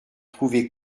trouver